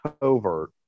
covert